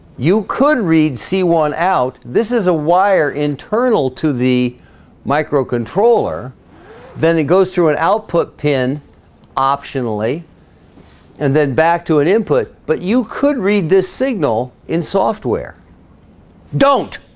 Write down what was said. you could read see one out. this is a wire internal to the microcontroller then it goes through an output pin optionally and then back to an input, but you could read this signal in software don't